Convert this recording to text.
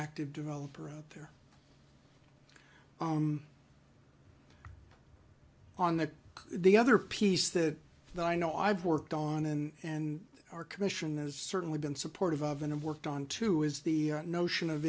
active developer out there on that the other piece that i know i've worked on in and our commission has certainly been supportive of in and worked on to is the notion of